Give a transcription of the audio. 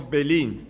Berlin